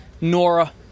Nora